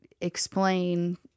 explain